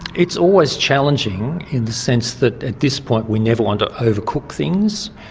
it's always challenging in the sense that at this point we never want to overcook things.